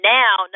now